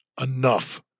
enough